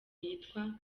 yitwa